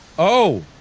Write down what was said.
oh